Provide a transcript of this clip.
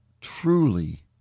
truly